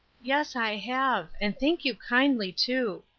yes, i have and thank you kindly, too,